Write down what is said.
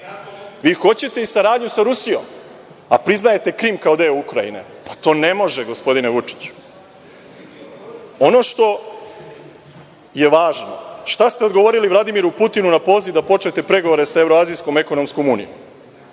hoćete i saradnju sa Rusijom, a priznajete Krim kao deo Ukrajine. Pa to ne može, gospodine Vučiću. Ono što je važno, šta ste odgovorili Vladimiru Putinu na poziv da počnete pregovore sa Evroazijskom ekonomskom unijom?